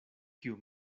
kiu